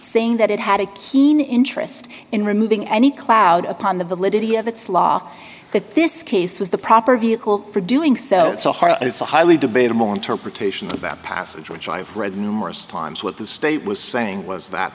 saying that it had a keen interest in removing any cloud upon the validity of its law that this case was the proper vehicle for doing so it's a hard it's a highly debatable interpretation of that passage which i've read numerous times what the state was saying was that